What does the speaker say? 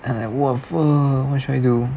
and !wah! fuck what should I do